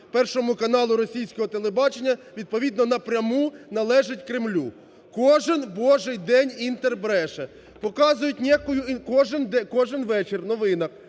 першому каналу російського телебачення, відповідно напряму належить Кремлю. Кожен божий день "Інтер" бреше. Показують ніякою...